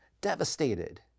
devastated